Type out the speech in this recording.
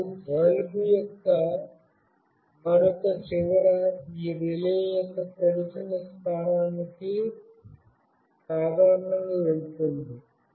మరియు బల్బ్ యొక్క మరొక చివర ఈ రిలే యొక్క తెరిచిన స్థానానికి సాధారణంగా వెళుతుంది